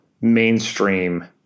mainstream